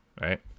right